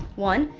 one,